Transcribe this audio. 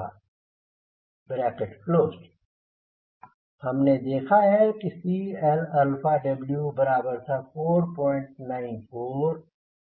V H CLt हमने देखा है कि CLW बराबर था 494 XCGके